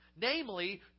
Namely